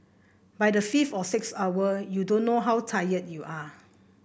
by the fifth or sixth hour you don't know how tired you are